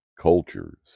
cultures